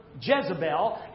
Jezebel